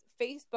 Facebook